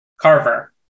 Carver